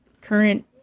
current